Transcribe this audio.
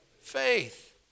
faith